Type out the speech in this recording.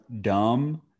dumb